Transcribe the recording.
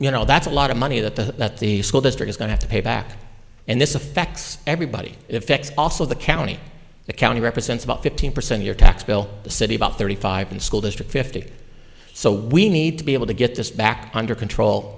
you know that's a lot of money that the that the school district is going to pay back and this affects everybody effects also the county the county represents about fifteen percent your tax bill the city about thirty five and school district fifty so we need to be able to get this back under control